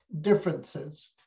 differences